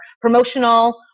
promotional